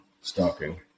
stalking